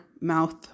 mouth